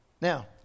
Now